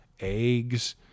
Eggs